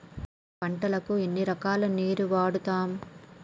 పంటలకు ఎన్ని రకాల నీరు వాడుతం?